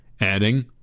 adding